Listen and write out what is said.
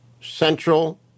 Central